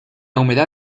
humedad